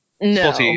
No